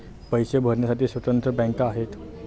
पैसे भरण्यासाठी स्वतंत्र बँका आहेत